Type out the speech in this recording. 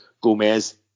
Gomez